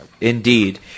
Indeed